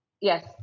Yes